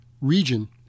region